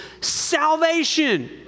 salvation